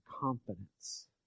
confidence